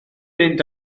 mynd